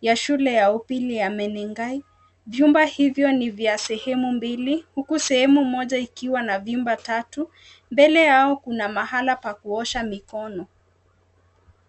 vya shule ya upili ya menengai, vyumba hivyo ni vya sehemu mbili, huku sehemu Moja ikiwa na vyumba tatu mbele Yao Kuna mahali pa kuosha mikono.